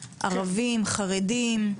ערבים, חרדים?